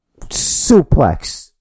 Suplex